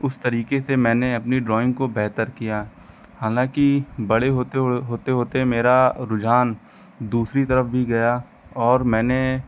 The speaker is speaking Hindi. उस तरीके से मैंने अपनी ड्राइंग को बेहतर किया हालाँकि बड़े होते होते मेरा रुझान दूसरी तरफ भी गया और मैंने